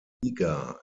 liga